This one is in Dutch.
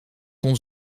kon